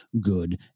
good